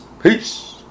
Peace